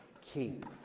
keep